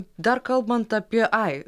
dar kalbant apie ai